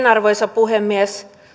arvoisa puhemies